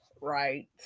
Right